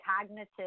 cognitive